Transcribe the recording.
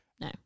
No